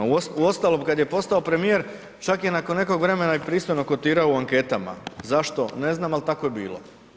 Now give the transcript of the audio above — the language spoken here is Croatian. Uostalom, kad je postao premijer čak je nakon nekog vremena i pristojno kotirao u anketama, zašto, ne znam, al tako je bilo.